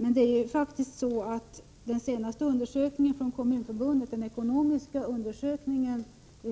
Men den senaste ekonomiska undersökningen